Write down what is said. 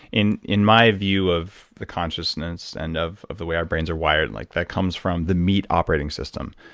in in my view of the consciousness and of of the way our brains are wired, and like that comes from the meat operating system.